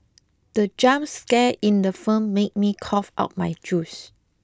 the jump scare in the firm made me cough out my juice